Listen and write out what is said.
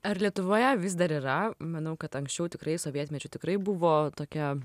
ar lietuvoje vis dar yra manau kad anksčiau tikrai sovietmečiu tikrai buvo tokia